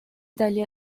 dahlia